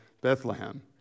Bethlehem